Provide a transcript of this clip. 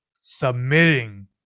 Submitting